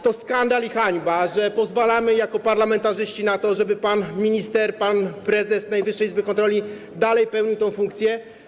To skandal i hańba, że jako parlamentarzyści pozwalamy na to, żeby pan minister, pan prezes Najwyższej Izby Kontroli dalej pełnił tę funkcję.